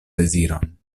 deziron